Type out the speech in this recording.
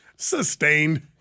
sustained